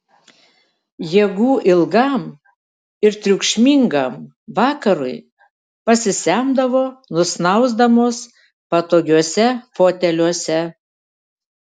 jėgų ilgam ir triukšmingam vakarui pasisemdavo nusnausdamos patogiuose foteliuose